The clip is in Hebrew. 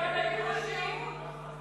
ההסתייגות הראשונה של קבוצת סיעת יהדות התורה